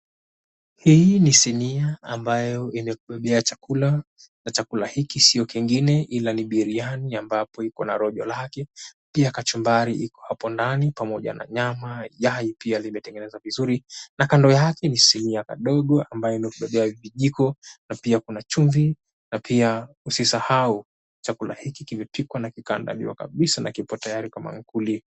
Hii ni sinia ambayo yenye kubebea chakula. Na chakula hiki sio kingine ila ni biriani ambapo iko na rojo lake. Pia kachumbari iko hapo ndani pamoja na nyama, yai pia limetengenezwa vizuri. Na kando yake ni sinia kadogo ambayo imekubebea vijiko na pia kuna chumvi. Na pia usisahau chakula hiki kimepikwa na kikaandaliwa kabisa na kipo tayari kwa maakuli.